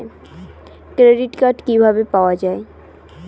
Credit card কিভাবে পাওয়া য়ায়?